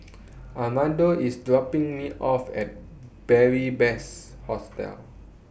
Armando IS dropping Me off At Beary Best Hostel